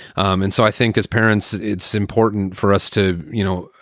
and so i think as parents, it's important for us to, you know,